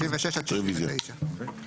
רביזיה.